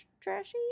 trashy